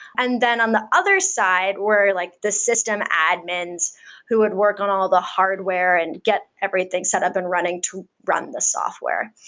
and then on the other side where like the system admins who would work on all the hardware and get everything set up and running to run the software.